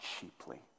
cheaply